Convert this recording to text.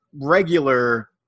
regular